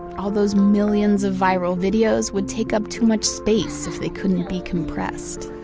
all those millions of viral videos would take up too much space if they couldn't be compressed